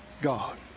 God